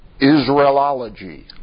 Israelology